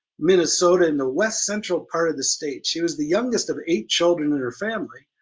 minnesota, in the west central part of the state. she was the youngest of eight children in her family,